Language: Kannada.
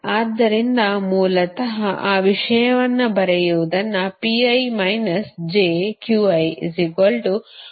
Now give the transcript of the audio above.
ಆದ್ದರಿಂದ ಮೂಲತಃ ಆ ವಿಷಯವನ್ನು ಬರೆಯುವುದನ್ನು ನಾವು ಬರೆಯಬಹುದು